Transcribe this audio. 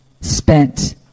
spent